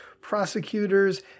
Prosecutors